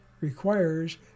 requires